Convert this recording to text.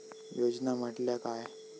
योजना म्हटल्या काय?